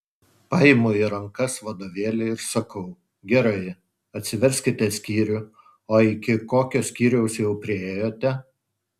paimu į rankas vadovėlį ir sakau gerai atsiverskite skyrių o iki kokio skyriaus jau priėjote